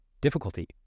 difficulty